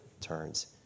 turns